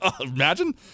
Imagine